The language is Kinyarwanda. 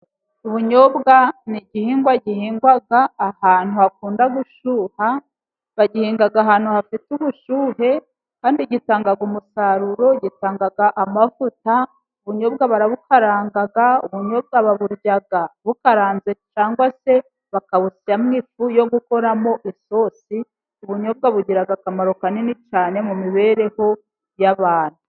Ubunyobwa ni igihingwa gihingwa ahantu hakunda gushyuha, bagihingaga ahantu hafite ubushyuhe, kandi gitangaga umusaruro, gitanga amavuta, ubunyobwa barabukaranga, ubunyobwa baburya bukaranze cyangwa se bakabusyamo ifu yo gukoramo isosi. Ubunyobwa bugira akamaro kanini cyane mu mibereho y'abantu.